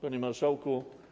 Panie Marszałku!